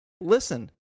Listen